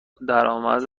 درامد